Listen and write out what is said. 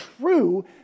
true